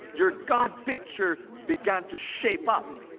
your god picture began to shape up.